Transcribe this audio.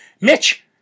Mitch